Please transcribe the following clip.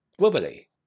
Verbally